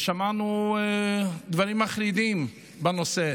ושמענו דברים מחרידים בנושא.